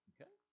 Okay